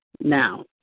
now